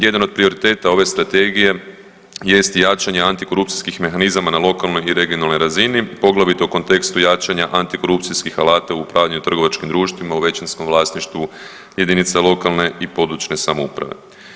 Jedan od prioriteta ove strategije jest jačanje antikorupcijskih mehanizama na lokalnoj i regionalnoj razini, poglavito u kontekstu jačanja antikorupcijskih alata u upravljanju trgovačkim društvima u većinskom vlasništvu jedinica lokalne i područne samouprave.